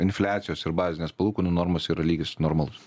infliacijos ir bazinės palūkanų normos yra lygis normalus